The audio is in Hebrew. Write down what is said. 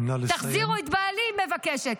תחזירו את בעלי, היא מבקשת.